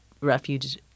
refuge